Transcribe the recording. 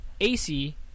AC